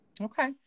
Okay